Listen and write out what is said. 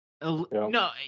No